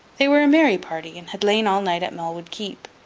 they were a merry party, and had lain all night at malwood-keep,